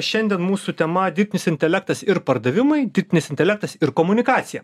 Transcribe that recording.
šiandien mūsų tema dirbtinis intelektas ir pardavimai dirbtinis intelektas ir komunikacija